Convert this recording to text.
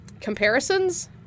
comparisons